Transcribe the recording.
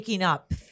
up